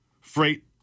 freight